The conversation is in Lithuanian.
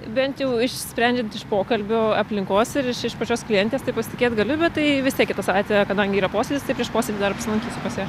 bent jau sprendžiant iš pokalbio aplinkos ir iš iš pačios klientės taip pasitikėt galiu bet tai vis tiek kitą savaitę kadangi yra posėdis tai prieš posėdį dar apsilankysiu pas ją